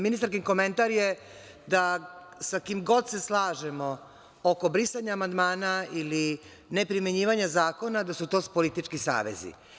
Ministarkin komentar je da sa kim god se slažemo oko brisanja amandmana ili neprimenjivanja zakona, da su to politički savezi.